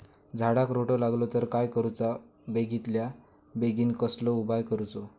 झाडाक रोटो लागलो तर काय करुचा बेगितल्या बेगीन कसलो उपाय करूचो?